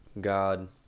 God